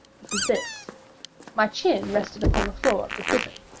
it was this my chin rested upon the floor of the prison,